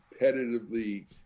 competitively